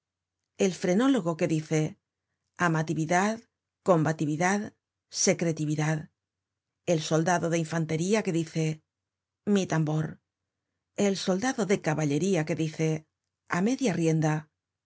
el frenólogo que dice amatividad combatividad secretividad el soldado de infantería que dice mi tambor el soldado de caballería que dice á media rienda